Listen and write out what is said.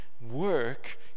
Work